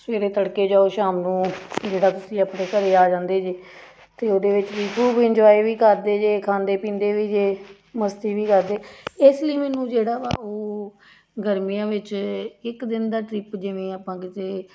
ਸਵੇਰੇ ਤੜਕੇ ਜਾਓ ਸ਼ਾਮ ਨੂੰ ਜਿਹੜਾ ਤੁਸੀਂ ਆਪਣੇ ਘਰ ਆ ਜਾਂਦੇ ਜੇ ਅਤੇ ਉਹਦੇ ਵਿੱਚ ਵੀ ਖੂਬ ਇੰਜੋਏ ਵੀ ਕਰਦੇ ਜੇ ਖਾਂਦੇ ਪੀਂਦੇ ਵੀ ਜੇ ਮਸਤੀ ਵੀ ਕਰਦੇ ਇਸ ਲਈ ਮੈਨੂੰ ਜਿਹੜਾ ਵਾ ਉਹ ਗਰਮੀਆਂ ਵਿੱਚ ਇੱਕ ਦਿਨ ਦਾ ਟ੍ਰਿਪ ਜਿਵੇਂ ਆਪਾਂ ਕਿਤੇ